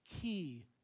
key